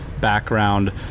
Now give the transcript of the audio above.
background